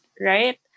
right